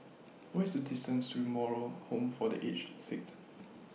What IS The distance to Moral Home For The Aged Sick